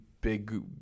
big